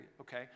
Okay